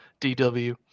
DW